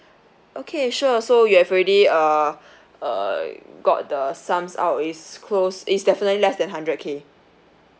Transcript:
okay sure so you have already uh uh got the sums out is close is definitely less than hundred K